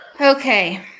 Okay